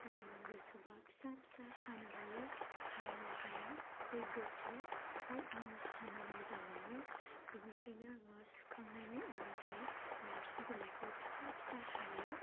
गोसोबा फिसा फिसा हानो हायो हायाबा हाया बे गोसो बाट आङो हानो मोजां मोनो बेनिखायनो आङो सुखांनायनि उनावहाय नारजि बिलाइखौ फिसा फिसा हायो